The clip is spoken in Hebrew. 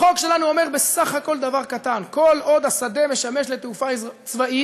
החוק שלנו אומר בסך הכול דבר קטן: כל עוד השדה משמש לתעופה צבאית,